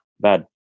bad